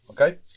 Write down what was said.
okay